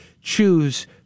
choose